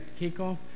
kickoff